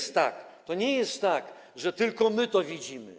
To nie jest tak, że tylko my to widzimy.